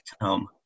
come